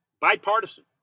Bipartisan